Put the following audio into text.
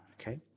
Okay